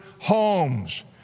homes